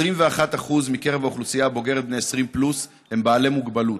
21% מקרב האוכלוסייה הבוגרת בני 20 פלוס הם בעלי מוגבלות.